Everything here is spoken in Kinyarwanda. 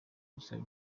bikaba